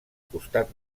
costat